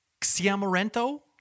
Xiamorento